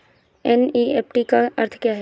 NEFT का अर्थ क्या है?